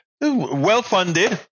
well-funded